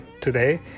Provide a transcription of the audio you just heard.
Today